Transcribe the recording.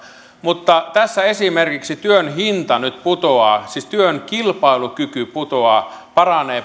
mutta tässä esimerkiksi työn hinta nyt putoaa siis työn kilpailukyky paranee